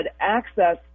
access